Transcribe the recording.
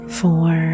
four